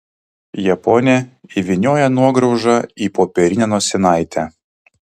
japonė įvynioja nuograužą į popierinę nosinaitę